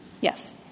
Yes